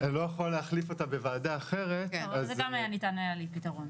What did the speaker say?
אני לא יכול להחליף אותה בוועדה אחרת --- זה גם היה ניתן לפתרון.